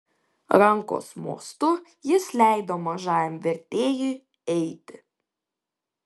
rankos mostu jis leido mažajam vertėjui eiti